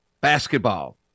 Basketball